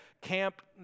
camp